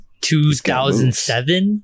2007